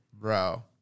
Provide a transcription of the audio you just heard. Bro